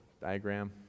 diagram